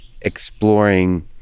exploring